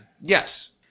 Yes